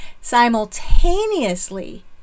Simultaneously